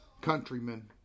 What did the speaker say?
countrymen